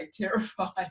terrified